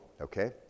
okay